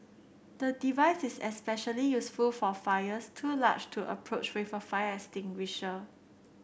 the device is especially useful for fires too large to approach with a fire extinguisher